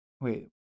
wait